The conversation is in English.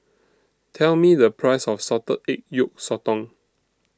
Tell Me The Price of Salted Egg Yolk Sotong